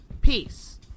Peace